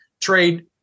trade